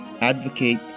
advocate